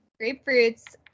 Grapefruits